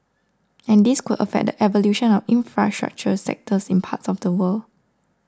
and this could affect the evolution of infrastructure sectors in parts of the world